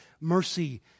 mercy